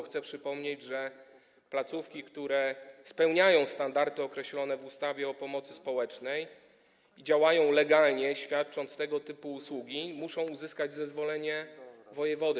Chcę przypomnieć, że placówki, które spełniają standardy określone w ustawie o pomocy społecznej i działają legalnie, świadcząc tego typu usługi, muszą uzyskać zezwolenie wojewody.